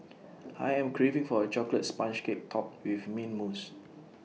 I am craving for A Chocolate Sponge Cake Topped with Mint Mousse